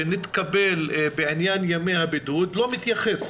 שנתקבל בעניין ימי הבידוד לא מתייחס